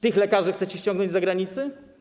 Tych lekarzy chcecie ściągnąć z zagranicy?